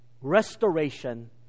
restoration